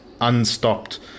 unstopped